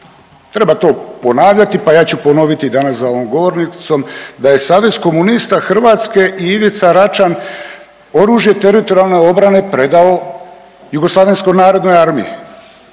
Treba to ponavljati, pa ja ću ponoviti danas za ovom govornicom da je Savez komunista Hrvatske i Ivica Račan oružje teritorijalne obrane predao jugoslavenskoj narodnoj armiji.